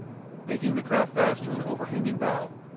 making the craft fast to an overhanging bough,